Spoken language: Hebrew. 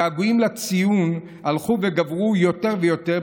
הגעגועים לציון הלכו וגברו יותר ויותר,